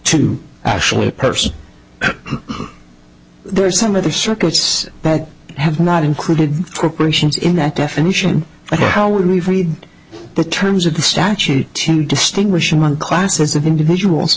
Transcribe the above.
to actually person there are some other circuits that have not included corporations in that definition but how we've read the terms of the statute to distinguish one class of individuals